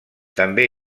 també